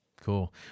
Cool